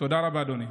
תודה רבה, אדוני.